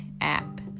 app